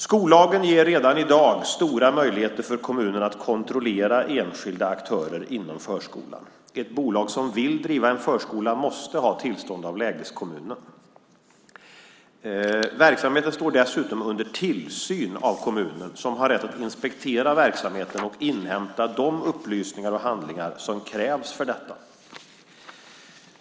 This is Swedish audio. Skollagen ger redan i dag stora möjligheter för kommunen att kontrollera enskilda aktörer inom förskolan. Ett bolag som vill driva en förskola måste ha tillstånd av lägeskommunen. Verksamheten står dessutom under tillsyn av kommunen, som har rätt att inspektera verksamheten och inhämta de upplysningar och handlingar som krävs för detta.